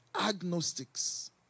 agnostics